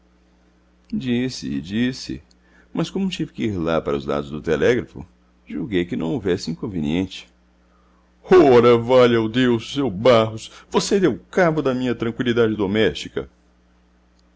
disse disse mas como tive que ir lá para os lados do telégrafo julguei que não houvesse inconveniente ora valha-o deus seu barros você deu cabo da minha tranqüilidade doméstica